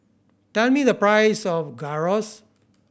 tell me the price of Gyros